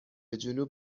جنوب